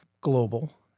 global